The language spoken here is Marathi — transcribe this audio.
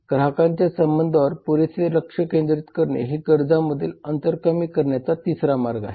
ग्राहकांच्या संबंधांवर पुरेसे लक्ष केंद्रित करणे हा गरजांमधील अंतर कमी करण्याचा तिसरा मार्ग आहे